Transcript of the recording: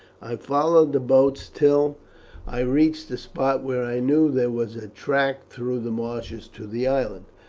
i followed the boats till i reached a spot where i knew there was a track through the marshes to the island.